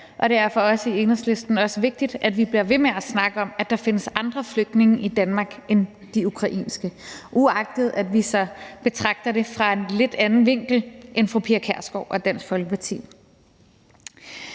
og det er for os i Enhedslisten også vigtigt, at vi bliver ved med at snakke om, at der findes andre flygtninge i Danmark end de ukrainske – uagtet at vi så betragter det fra en lidt anden vinkel end fru Pia Kjærsgaard og Dansk Folkeparti.